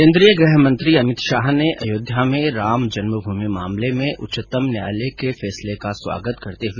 केंद्रीय गृह मंत्री अमित शाह ने अयोध्या में राम जन्मभूमि मामले में उच्चतम न्यायालय के फैसले का स्वागत किया है